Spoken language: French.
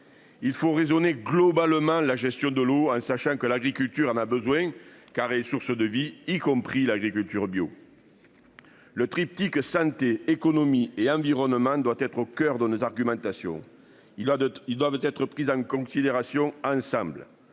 Il faut raisonner globalement la gestion de l'eau hein. Sachant que l'agriculture n'a besoin car et est source de vie, y compris l'agriculture bio. Le triptyque santé économie et environnement doit être au coeur de nos argumentations. Il a d'autres, ils doivent être prises en considération. Ensemble,